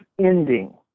ending